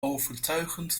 overtuigend